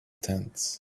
tent